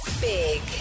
Big